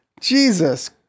Jesus